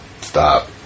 Stop